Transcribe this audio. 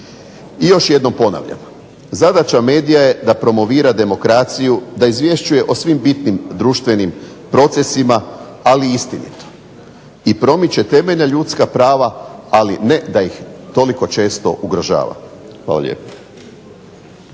I još jednom ponavlja, zadaća medija je da promovira demokraciju, da izvješćuje o svim bitnim društvenim procesima ali istinito i promiče temeljna ljudska prava ali ne da ih toliko često ugrožava. Hvala lijepa.